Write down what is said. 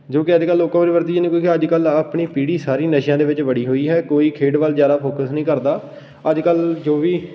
ਜੋ ਕਿ ਅੱਜ ਕੱਲ੍ਹ ਲੋਕਾਂ ਵਿੱਚ ਵਰਤੀ ਜਾਂਦੀ ਕਿਉਂਕਿ ਅੱਜ ਕੱਲ੍ਹ ਆਹ ਆਪਣੀ ਪੀੜ੍ਹੀ ਸਾਰੀ ਨਸ਼ਿਆਂ ਦੇ ਵਿੱਚ ਵੜੀ ਹੋਈ ਹੈ ਕੋਈ ਖੇਡ ਵੱਲ ਜ਼ਿਆਦਾ ਫੋਕੱਸ ਨਹੀਂ ਕਰਦਾ ਅੱਜ ਕੱਲ੍ਹ ਜੋ ਵੀ